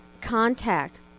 Contact